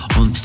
on